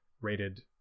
rated